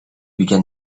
begin